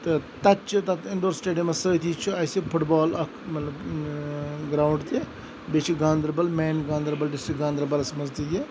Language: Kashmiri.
تہٕ تَتہِ چہِ تَتھ اِنڈور سٹیڈِیَمَس سۭتی چھُ اَسہِ فُٹ بال اَکھ مَطلَب گراوُنٛڈ تہِ بیٚیہِ چھُ گاندَربَل مین گاندَربَل ڈِسٹرک گاندَربَلَس مَنٛز تہِ یہٕ